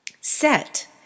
Set